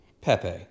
Pepe